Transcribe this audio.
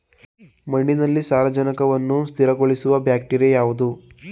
ಮಣ್ಣಿನಲ್ಲಿ ಸಾರಜನಕವನ್ನು ಸ್ಥಿರಗೊಳಿಸುವ ಬ್ಯಾಕ್ಟೀರಿಯಾ ಯಾವುದು?